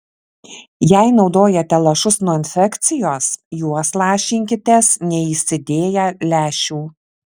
jei naudojate lašus nuo infekcijos juos lašinkitės neįsidėję lęšių